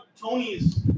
Tony's